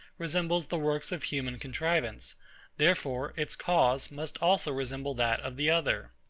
resembles the works of human contrivance therefore its cause must also resemble that of the other.